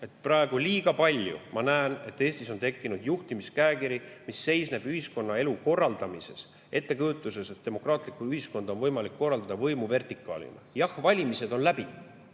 Praegu ma liiga palju näen, et Eestis on tekkinud juhtimiskäekiri, mis seisneb ühiskonnaelu korraldamises, lähtudes ettekujutusest, et demokraatlikku ühiskonda on võimalik [juhtida] võimuvertikaalina. Jah, valimised on läbi,